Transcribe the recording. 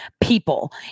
people